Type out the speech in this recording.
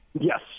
Yes